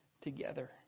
together